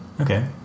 Okay